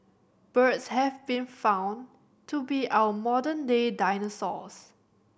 birds have been found to be our modern day dinosaurs